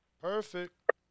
Perfect